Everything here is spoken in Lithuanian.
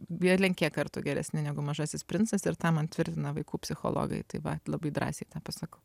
belenkiek kartų geresni negu mažasis princas ir tą man tvirtina vaikų psichologai tai vat labai drąsiai pasakau